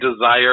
desire